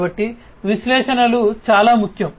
కాబట్టి విశ్లేషణలు చాలా ముఖ్యం